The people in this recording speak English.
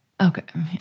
Okay